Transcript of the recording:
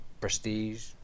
prestige